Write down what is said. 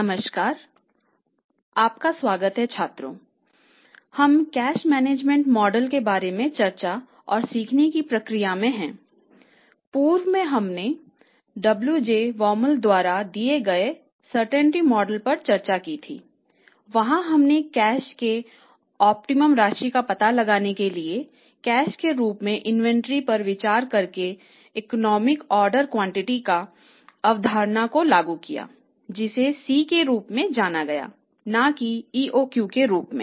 नमस्कारआपका स्वागत है छात्रों हम कैश मैनेजमेंट मॉडल की अवधारणा को लागू किया जिसे C के रूप में जाना गया ना कि EOQ के रूप में